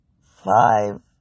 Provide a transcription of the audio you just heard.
five